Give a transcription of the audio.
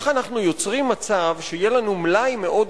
כך אנחנו יוצרים מצב שיהיה לנו מלאי מאוד